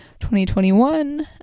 2021